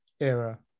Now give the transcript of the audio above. era